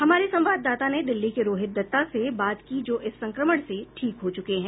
हमारे संवाददाता ने दिल्ली के रोहित दत्ता से बात की जो इस संक्रमण से ठीक हो चुके हैं